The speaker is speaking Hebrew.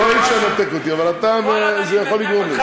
לא, אי-אפשר לנתק אותי, אבל זה יכול לגרום לי.